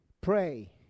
pray